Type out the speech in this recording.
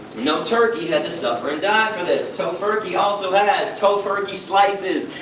no turkey had to suffer and die for this! tofurky also has tofurky slices,